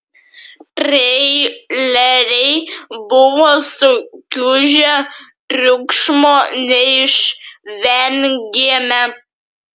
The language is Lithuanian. treileriai buvo sukiužę triukšmo neišvengėme